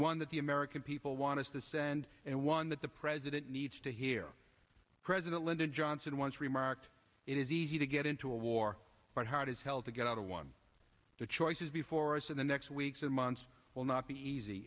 one that the american people want to send and one that the president needs to hear president lyndon johnson once remarked it is easy to get into a war are hard as hell to get out of one the choices before us in the next weeks and months will not be easy